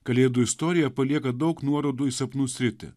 kalėdų istorija palieka daug nuorodų į sapnų sritį